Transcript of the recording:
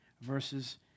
verses